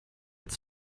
its